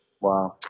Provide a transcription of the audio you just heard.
Wow